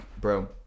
bro